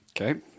Okay